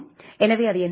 எனவே அது என்ன செய்யும்